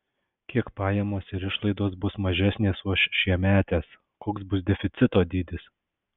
kiek pajamos ir išlaidos bus mažesnės už šiemetes koks bus deficito dydis